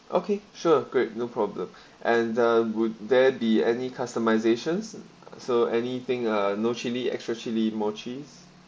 okay sure great no problem and the would there be any customisations so anything uh no chilli extra chilli more cheese